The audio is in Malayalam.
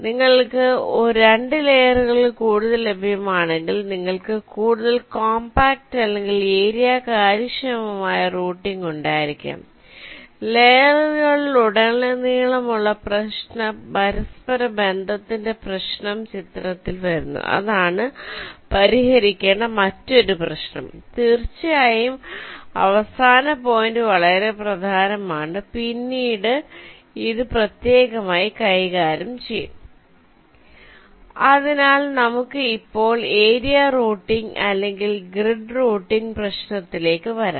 നിങ്ങൾക്ക് 2 ലെയറുകളിൽ കൂടുതൽ ലഭ്യമാണെങ്കിൽ നിങ്ങൾക്ക് കൂടുതൽ കോംപാക്റ്റ് അല്ലെങ്കിൽ ഏരിയ കാര്യക്ഷമമായ റൂട്ടിംഗ് ഉണ്ടായിരിക്കാം ലെയറുകളിലുടനീളമുള്ള പരസ്പരബന്ധത്തിന്റെ പ്രശ്നം ചിത്രത്തിൽ വരുന്നു അതാണ് പരിഹരിക്കേണ്ട മറ്റൊരു പ്രശ്നം തീർച്ചയായും അവസാന പോയിന്റ് വളരെ പ്രധാനമാണ് പിന്നീട് ഇത് പ്രത്യേകമായി കൈകാര്യം ചെയ്യും അതിനാൽ നമുക്ക് ഇപ്പോൾ ഏരിയ റൂട്ടിംഗ് അല്ലെങ്കിൽ ഗ്രിഡ് റൂട്ടിംഗ് പ്രശ്നത്തിലേക്ക് വരാം